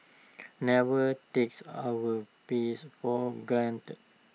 never takes our peace for granted